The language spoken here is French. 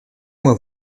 moi